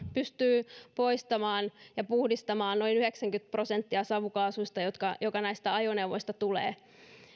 pystyy poistamaan ja puhdistamaan noin yhdeksänkymmentä prosenttia savukaasuista joka näistä ajoneuvoista tulee